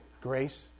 grace